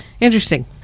interesting